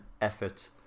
effort